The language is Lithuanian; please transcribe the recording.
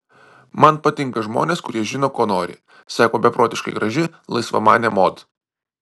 man patinka žmonės kurie žino ko nori sako beprotiškai graži laisvamanė mod